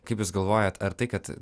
kaip jūs galvojat ar tai kad